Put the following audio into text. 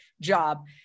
job